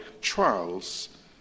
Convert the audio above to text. trials